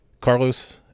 Carlos